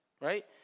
right